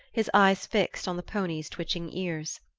his eyes fixed on the ponies' twitching ears.